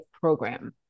program